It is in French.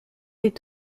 est